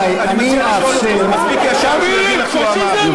אני מבקש מהסדרנים להושיב את חברי הכנסת במקום,